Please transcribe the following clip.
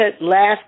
Last